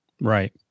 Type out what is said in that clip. Right